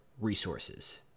resources